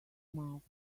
mouth